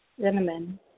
Cinnamon